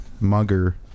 mugger